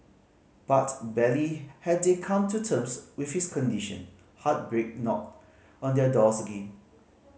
but barely had they come to terms with his condition heartbreak knocked on their doors again